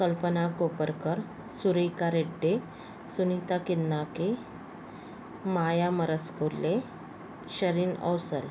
कल्पना कोपरकर सुरेका रेट्टे सुनीता किंनाके माया मरसकोल्हे शरीन अवसर